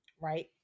right